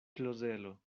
klozelo